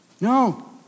No